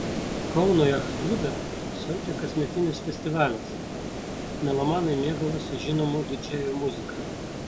kauno jachtklube siautė kasmetinis festivalis melomanai mėgavosi žinomų didžėjų muzika